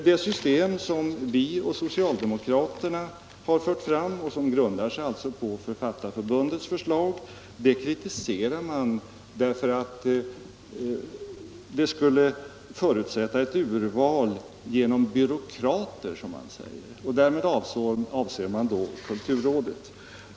Det system som vi och socialdemokraterna har fört fram och som alltså grundar sig på Författarförbundets förslag kritiserar man därför att det skulle förutsätta ett urval genom byråkrater, som man säger. Därmed avser man då kulturrådet.